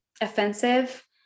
offensive